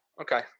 okay